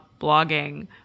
blogging